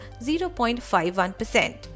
0.51%